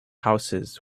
houses